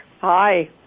Hi